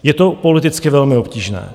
Je to politicky velmi obtížné.